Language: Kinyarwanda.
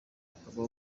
akaba